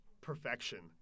Perfection